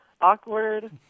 awkward